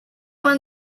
won